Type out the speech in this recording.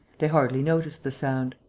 they hardly noticed the sound.